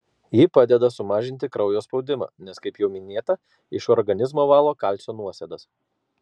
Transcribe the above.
ji padeda sumažinti kraujo spaudimą nes kaip jau minėta iš organizmo valo kalcio nuosėdas